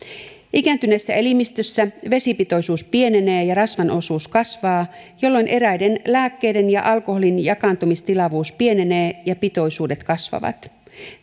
ikääntyneessä elimistössä vesipitoisuus pienenee ja rasvan osuus kasvaa jolloin eräiden lääkkeiden ja alkoholin jakaantumistilavuus pienenee ja pitoisuudet kasvavat